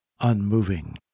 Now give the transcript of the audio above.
unmoving